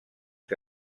que